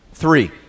three